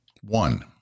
one